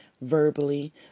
verbally